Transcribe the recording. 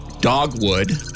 Dogwood